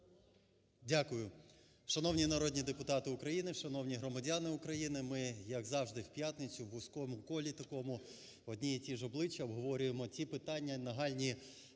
Дякую. Шановні народні депутати України! Шановні громадяни України! Ми, як завжди, в п'ятницю у вузькому колі такому, одні і ті ж обличчя, обговорюємо ті питання нагальні,